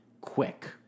Quick